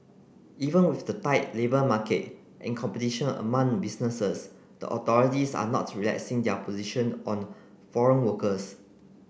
even with the tight labour market and competition among businesses the authorities are not relaxing their position on foreign workers